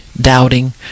doubting